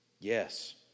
Yes